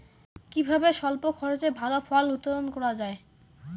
কিভাবে স্বল্প খরচে ভালো ফল উৎপাদন করা যায়?